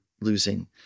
losing